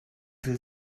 will